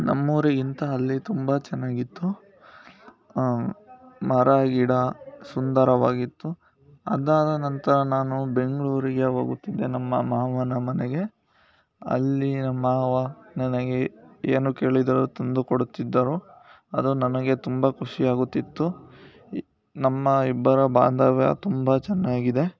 ನಮ್ಮ ಊರಿಗಿಂತ ಅಲ್ಲಿ ತುಂಬ ಚೆನ್ನಾಗಿತ್ತು ಮರ ಗಿಡ ಸುಂದರವಾಗಿತ್ತು ಅದಾದ ನಂತರ ನಾನು ಬೆಂಗಳೂರಿಗೆ ಹೋಗುತ್ತಿದ್ದೆ ನಮ್ಮ ಮಾವನ ಮನೆಗೆ ಅಲ್ಲಿ ನಮ್ಮ ಮಾವ ನನಗೆ ಏನು ಕೇಳಿದರೂ ತಂದುಕೊಡುತ್ತಿದ್ದರು ಅದು ನನಗೆ ತುಂಬ ಖುಷಿಯಾಗುತ್ತಿತ್ತು ನಮ್ಮ ಇಬ್ಬರ ಬಾಂಧವ್ಯ ತುಂಬ ಚೆನ್ನಾಗಿದೆ